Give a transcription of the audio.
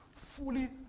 fully